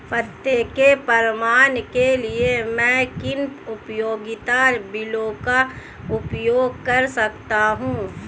पते के प्रमाण के लिए मैं किन उपयोगिता बिलों का उपयोग कर सकता हूँ?